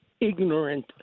ignorant